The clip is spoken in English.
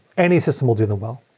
any system will do them well.